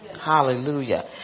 hallelujah